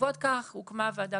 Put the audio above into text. בעקבות כך הוקמה ועדה